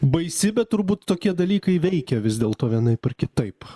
baisi bet turbūt tokie dalykai veikia vis dėlto vienaip ar kitaip